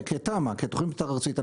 כתוכנית מתאר ארצית.